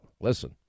Listen